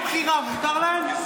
זכות בחירה, מותר להם?